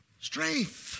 strength